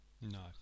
no